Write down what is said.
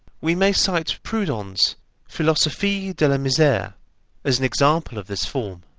we may cite proudhon's philosophie de la misere as an example of this form.